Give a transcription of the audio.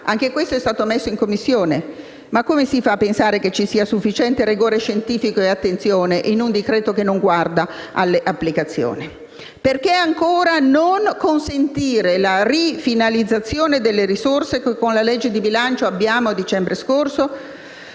è stata introdotta in Commissione)? Come si fa a pensare che ci sia sufficiente rigore scientifico e attenzione in un decreto-legge che non guarda alle applicazioni? Perché, ancora, non consentire la rifinalizzazione delle risorse che, con la legge di bilancio approvata nel dicembre scorso,